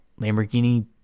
Lamborghini